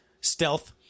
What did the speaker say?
stealth